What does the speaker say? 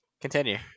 continue